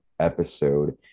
episode